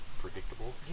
Predictable